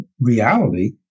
reality